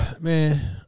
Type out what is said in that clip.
Man